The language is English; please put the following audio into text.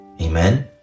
Amen